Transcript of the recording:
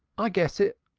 i guess it!